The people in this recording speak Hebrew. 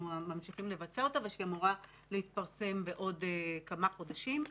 ממשיכים לבצע אותה ושאמורה להתפרסם בעוד כמה חודשים,